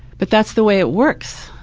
but that's the way it works.